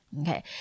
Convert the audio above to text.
Okay